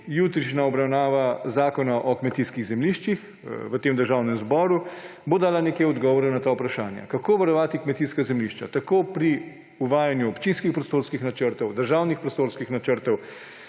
jutrišnja obravnava Zakona o kmetijskih zemljiščih v tem državnem zboru bo dala nekaj odgovorov na vprašanja, kako varovati kmetijska zemljišča pri uvajanju občinskih prostorskih načrtov, državnih prostorskih načrtov.